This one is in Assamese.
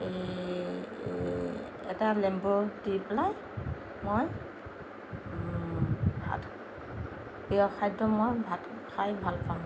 এই এটা লেম্বু দি পেলাই মই ভাত প্ৰিয় খাদ্য মই ভাত খাই ভাল পাওঁ